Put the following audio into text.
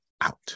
out